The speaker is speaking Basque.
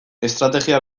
estrategia